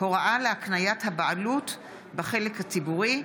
להקניית הבעלות בחלק הציבורי),